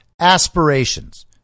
Aspirations